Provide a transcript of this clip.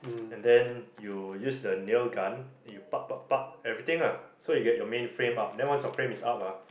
and then you use the nail gun then you ah everything ah so you get your main frame up then once your frame is up ah